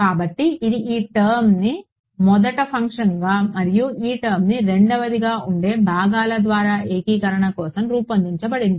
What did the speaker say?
కాబట్టి ఇది ఈ టర్మ్ని మొదటి ఫంక్షన్గా మరియు ఈ టర్మ్ రెండవదిగా ఉండే భాగాల ద్వారా ఏకీకరణ కోసం రూపొందించబడింది